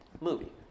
movie